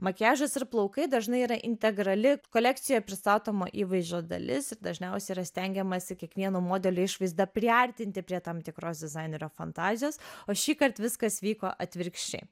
makiažas ir plaukai dažnai yra integrali kolekcijoje pristatoma įvaizdžio dalis ir dažniausiai yra stengiamasi kiekvieno modelio išvaizdą priartinti prie tam tikros dizainerio fantazijos o šįkart viskas vyko atvirkščiai